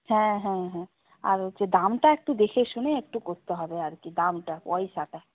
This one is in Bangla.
হ্যাঁ হ্যাঁ হ্যাঁ আর হচ্ছে দামটা একটু দেখে শুনে একটু করতে হবে আর কি দামটা পয়সাটা